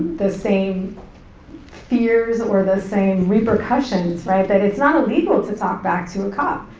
the same fears or the same repercussions, right, that it's not illegal to talk back to a cop.